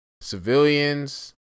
civilians